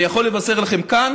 אני יכול לבשר לכם כאן